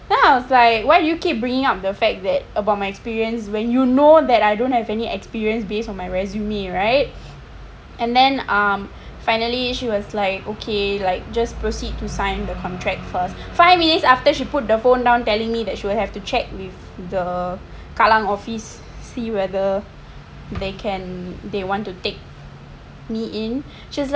then I was like why do you keep bringing up the fact that about my experience when you know that I don't have any experience based on my resume right and then finally she was like ok like just proceed to sign the contract first five minutes after she put the phone down telling me that she will have to check with the kallang office see whether they can they want to take me in